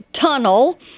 tunnel